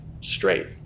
straight